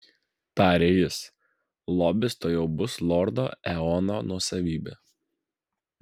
tarė jis lobis tuojau bus lordo eono nuosavybė